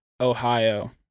Ohio